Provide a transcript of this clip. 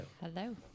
Hello